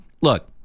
Look